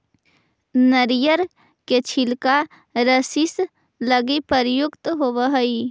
नरियर के छिलका रस्सि लगी प्रयुक्त होवऽ हई